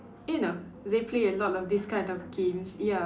you know they play a lot of this kind of games ya